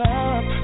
up